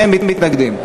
אין מתנגדים.